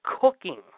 Cooking